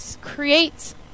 creates